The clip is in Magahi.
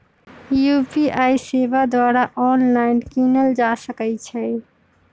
यू.पी.आई सेवा द्वारा ऑनलाइन कीनल जा सकइ छइ